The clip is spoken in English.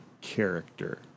character